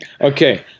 okay